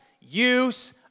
use